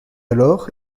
alors